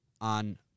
on